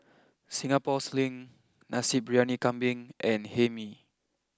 Singapore sling Nasi Briyani Kambing and Hae Mee